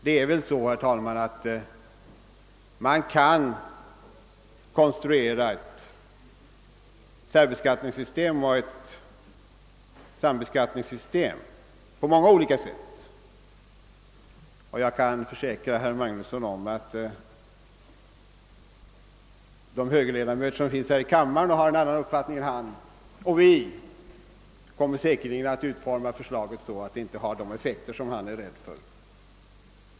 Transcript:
Man kan, herr talman, konstruera ett särbeskattningssystem och ett sambeskattningssystem på många olika sätt, och jag kan försäkra herr Magnusson att de högerledamöter i kammaren som har en annan uppfattning än han och vi säkerligen kommer att utforma förslaget så, att det inte får de effekter som han är rädd för.